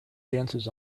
dances